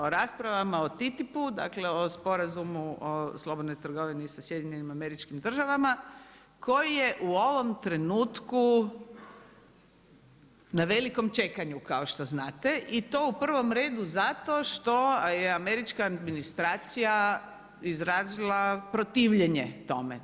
O raspravama o TTIP-u, dakle o sporazumu slobodne trgovine sa SAD-om, koji je u ovom trenutku na velikom čekanju, kao što znate, i to u prvom redu zato što je američka administracija izrazila protivljenje tome.